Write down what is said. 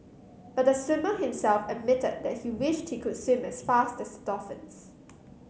but the swimmer himself admitted that he wish she could swim as fast the dolphins